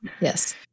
Yes